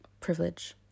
privilege